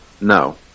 No